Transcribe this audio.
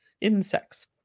insects